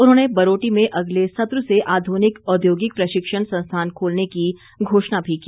उन्होंने बरोटी में अगले सत्र से आधुनिक औद्योगिक प्रशिक्षण संस्थान खोलने की घोषणा भी की